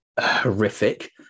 horrific